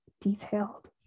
detailed